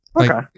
Okay